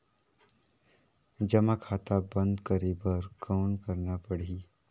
जमा खाता बंद करे बर कौन करना पड़ही?